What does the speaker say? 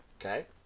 Okay